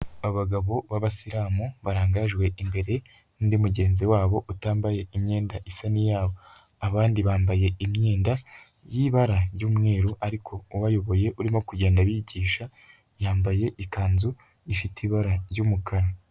Abagabo b'abasilamu, barangajwe imbere n'undi mugenzi wabo utambaye imyenda isa n'iyabo, abandi bambaye imyenda y'ibara ry'umweru ariko ubayoboye urimo kugenda bigisha yambaye ikanzu ifite ibara ry'umukara.